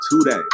today